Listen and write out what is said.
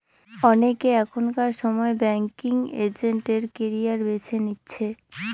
অনেকে এখনকার সময় ব্যাঙ্কিং এজেন্ট এর ক্যারিয়ার বেছে নিচ্ছে